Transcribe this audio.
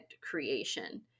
creation